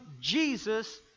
Jesus